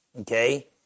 okay